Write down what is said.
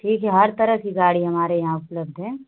ठीक है हर तरह की गाड़ी हमारे यहाँ उपलब्ध है